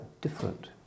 different